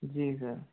जी sir